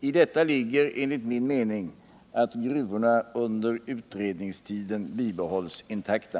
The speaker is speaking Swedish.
I detta ligger enligt min mening att gruvorna under utredningstiden bibehålls intakta.